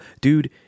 dude